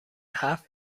هفت